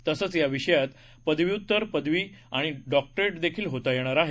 तसंच या विषयात पदव्यूत्तर पदवी आणि डॉक्टरेट देखील होता येणार आहे